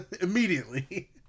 immediately